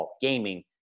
gaming